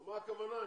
מה הכוונה?